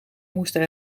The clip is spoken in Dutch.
moesten